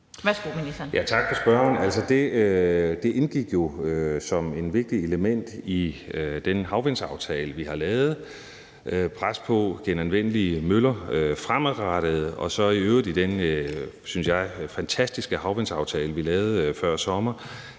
Tak til spørgeren. Det indgik jo som et vigtigt element i den havvindsaftale, vi har lavet, om pres på genanvendelige møller fremadrettet og så i øvrigt i den, synes jeg, fantastiske havvindsaftale, vi lavede før sommer.